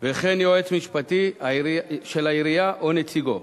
וכן יועץ משפטי של העירייה או נציגו.